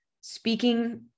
speaking